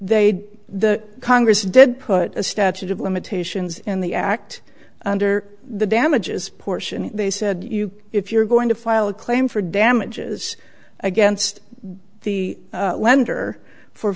they the congress did put a statute of limitations in the act under the damages portion they said you if you're going to file a claim for damages against the lender for